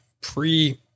pre